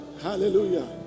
Hallelujah